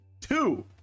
two